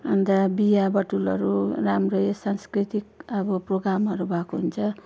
अन्त बिहा बटुलहरू राम्रो यो सांस्कृतिक अब प्रोगामहरू भएको हुन्छ